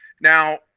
Now